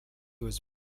was